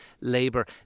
Labour